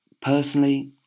Personally